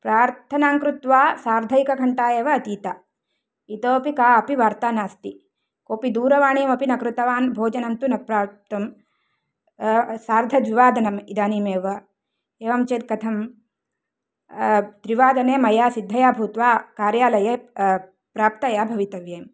प्रार्थनां कृत्वा सार्ध एकघण्टा एव अधीता इतोपि काऽपि वार्ता नास्ति कोऽपि दूरवाणीम् अपि न कृतवान् भोजनं तु न प्राप्तं सार्धद्विवादनम् इदानीमेव एवञ्चेत् कथं त्रिवादने मया सिद्धया भूत्वा कार्यालये प्राप्तया भवितव्यम्